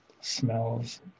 smells